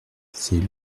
c’est